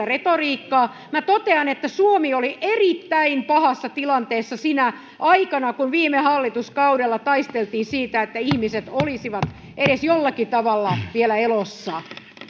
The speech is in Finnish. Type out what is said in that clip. retoriikkaa minä totean että suomi oli erittäin pahassa tilanteessa sinä aikana kun viime hallituskaudella taisteltiin siitä että ihmiset olisivat edes jollakin tavalla vielä elossa